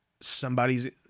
somebody's